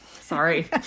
Sorry